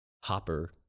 Hopper